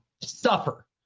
suffer